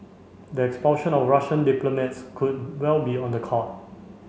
the expulsion of Russian diplomats could well be on the card